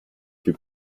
più